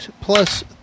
plus